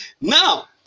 Now